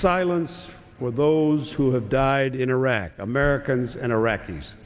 silence with those who have died in iraq americans and iraqis